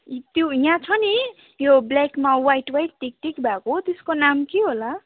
त्यो यहाँ छ नि त्यो ब्ल्याकमा वाइट वाइट टिक टिक भएको त्यसको नाम के होला